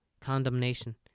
Condemnation